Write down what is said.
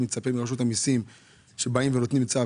הייתי מצפה מרשות המיסים שכשהם באים עם צו,